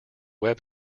web